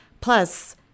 Plus